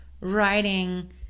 writing